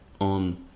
on